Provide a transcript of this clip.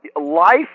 Life